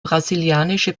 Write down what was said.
brasilianische